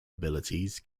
abilities